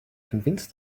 convince